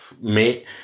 Mate